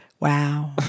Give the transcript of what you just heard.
Wow